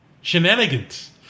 shenanigans